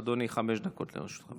אדוני, חמש דקות לרשותך.